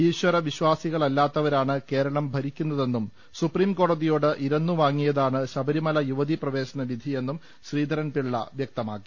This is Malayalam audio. ഈശ്വര വിശ്വാസികളല്ലാത്തവരാണ് കേരളം ഭരിക്കുന്നതെന്നും സുപ്രീംകോടതിയോട് ഇരന്നുവാങ്ങിയതാണ് ശബരിമല യുവതി പ്രവേശന വിധിയെന്നും ശ്രീധരൻപിള്ള വ്യക്തമാക്കി